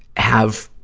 have